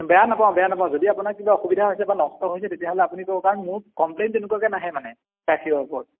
বেয়া নাপাওঁ বেয়া নাপাওঁ যদি আপোনাৰ কিবা অসুবিধা হৈছে বা নষ্ট হৈছে তেতিয়াহ'লে আপুনি ক'ব কাৰণ মোৰ কমপ্লেইন তেনেকুৱাকৈ নাহে মানে গাখীৰৰ ওপৰত